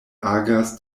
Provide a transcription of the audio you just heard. agas